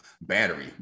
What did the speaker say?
battery